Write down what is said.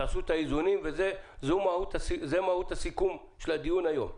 תעשו את האיזונים וזו מהות הסיכום של הדיון היום.